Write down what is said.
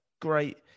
Great